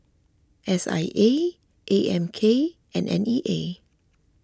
S I A A M K and N E A